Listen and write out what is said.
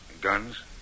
guns